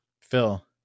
Phil